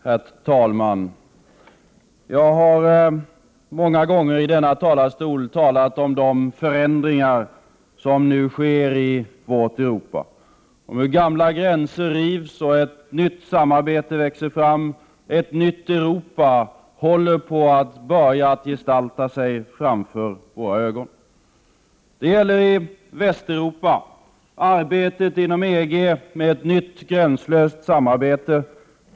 Herr talman! Jag har många gånger i denna talarstol talat om de förändringar som nu sker i vårt Europa, om hur gamla gränser rivs och ett nytt samarbete växer fram — ett nytt Europa börjar gestalta sig framför våra ögon. Det gäller i Västeuropa — arbetet inom EG med ett nytt gränslöst samarbete.